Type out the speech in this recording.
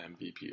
MVP